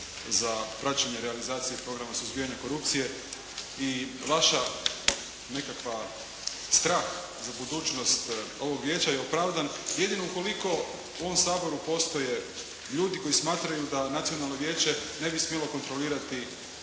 za praćenje realizacije programa suzbijanja korupcije i vaša nekakva, strah za budućnost ovog vijeća je opravdan jedino ukoliko u ovom Saboru postoje ljudi koji smatraju da Nacionalno vijeće ne bi smjelo kontrolirati